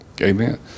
Amen